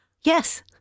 yes